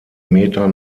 meter